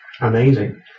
amazing